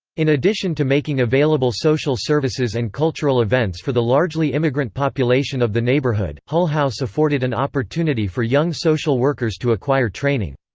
in addition to making available social services and cultural events for the largely immigrant population of the neighborhood, hull house afforded an opportunity for young social workers to acquire training.